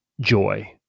joy